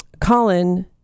Colin